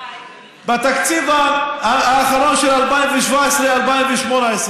בתקציב האחרון של 2017 2018,